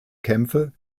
kämpfe